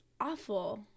awful